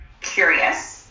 curious